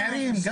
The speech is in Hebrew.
מעירים,